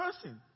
person